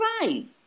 right